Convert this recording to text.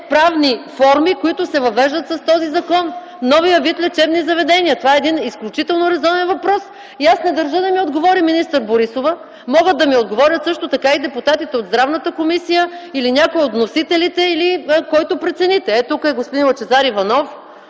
правни форми, които се въвеждат с този закон – новият вид лечебни заведения! Това е един изключително резонен въпрос! Аз не държа да ми отговори министър Борисова. Могат да ми отговорят също така депутатите от Здравната комисия или някой от вносителите, или който прецените. Ето тук са господин Лъчезар Иванов,